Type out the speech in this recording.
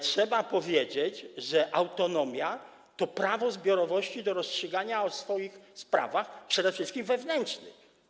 trzeba powiedzieć, że autonomia to prawo zbiorowości do rozstrzygania o swoich sprawach przede wszystkim wewnętrznych.